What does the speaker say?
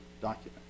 document